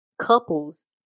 couples